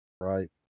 Right